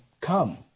come